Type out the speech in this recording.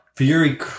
Fury